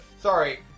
Sorry